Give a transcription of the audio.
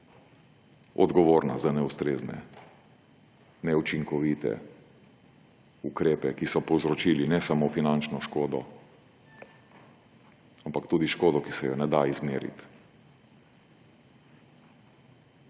odgovorna za neustrezne, neučinkovite ukrepe, ki so povzročili ne samo finančno škodo, ampak tudi škodo, ki se je ne da izmeriti.